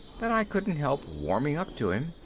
that i couldn't help warming up to him.